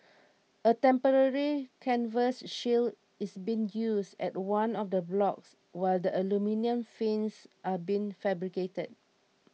a temporary canvas shield is being used at one of the blocks while the aluminium fins are being fabricated